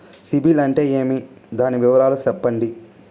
సిబిల్ అంటే ఏమి? దాని వివరాలు సెప్పండి?